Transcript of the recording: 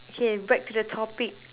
K back to the topic